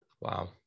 Wow